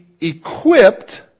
equipped